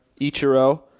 Ichiro